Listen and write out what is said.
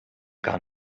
gar